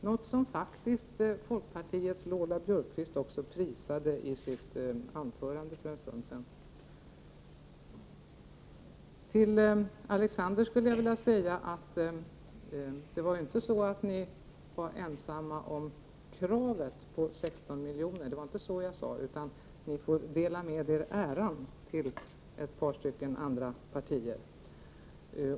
Det var något som folkpartiets Lola Björkquist prisade i sitt anförande för en stund sedan. Jag vill påpeka för Alexander Chrisopoulos att jag inte sade att vpk var ensamt om kravet på 16 milj.kr., utan jag sade att vpk får dela äran med ett par andra partier.